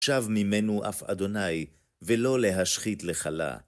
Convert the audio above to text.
שב ממנו אף אדוני, ולא להשחית לכלה.